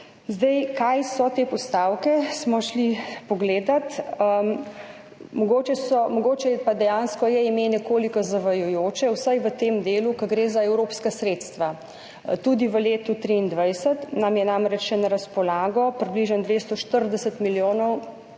covid. Kaj so te postavke, smo šli pogledat. Mogoče pa dejansko je ime nekoliko zavajajoče, vsaj v tem delu, ko gre za evropska sredstva. Tudi v letu 2023 nam je namreč še na razpolago približno 240 milijonov